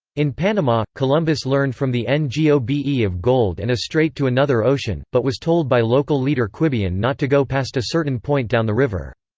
in panama, columbus learned from the ngobe of gold and a strait to another ocean, but was told by local leader quibian not to go past a certain point down the river.